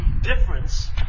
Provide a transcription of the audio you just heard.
difference